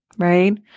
right